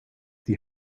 die